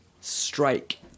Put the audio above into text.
Strike